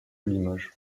limoges